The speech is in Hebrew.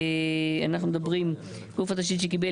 אנחנו מדברים על "גוף התשתית שקיבל,